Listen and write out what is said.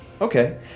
Okay